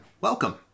Welcome